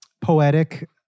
poetic